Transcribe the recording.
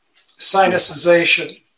Sinicization